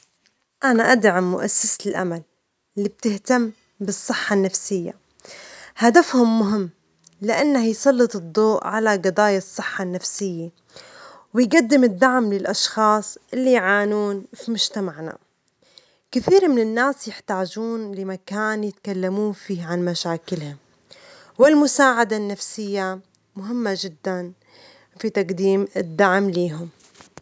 أنا أدعم مؤسسة الأمل اللي بتهتم بالصحة النفسية، هدفهم مهم لأنه يسلط الضوء على جضايا الصحة النفسية ويجدم الدعم للأشخاص اللي يعانون في مجتمعنا، كثير من الناس يحتاجون لمكان يتكلمون فيه عن مشاكلهم، والمساعدة النفسية مهمة جداً في تجديم الدعم لهم.